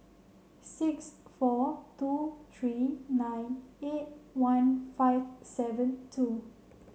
six four two three nine eight one five seven two